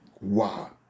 Wow